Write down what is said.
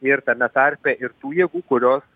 ir tame tarpe ir tų jėgų kurios